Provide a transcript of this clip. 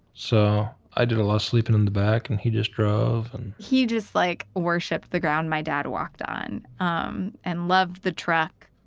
so i did a lot sleeping in the back and he just drove and, he just like worshipped the ground my dad walked on um and loved the truck,